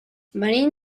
venim